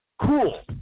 cool